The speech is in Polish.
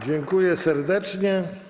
Dziękuję serdecznie.